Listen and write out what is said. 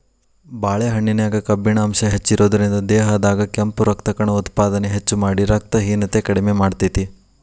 ಬಾಳೆಹಣ್ಣಿನ್ಯಾಗ ಕಬ್ಬಿಣ ಅಂಶ ಹೆಚ್ಚಿರೋದ್ರಿಂದ, ದೇಹದಾಗ ಕೆಂಪು ರಕ್ತಕಣ ಉತ್ಪಾದನೆ ಹೆಚ್ಚಮಾಡಿ, ರಕ್ತಹೇನತೆ ಕಡಿಮಿ ಮಾಡ್ತೆತಿ